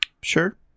sure